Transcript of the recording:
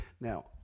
Now